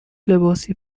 لباسی